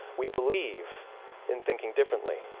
we believe in thinking differently.